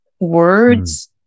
words